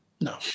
no